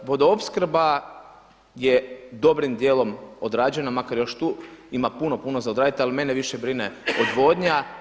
Vodoopskrba je dobrim dijelom odrađena, makar još tu ima puno, puno za odraditi, ali mene više brine odvodnja.